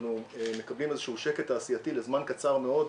אנחנו מקבלים איזשהו שקט תעשייתי לזמן קצר מאוד.